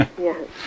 Yes